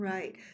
Right